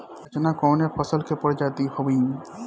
रचना कवने फसल के प्रजाति हयुए?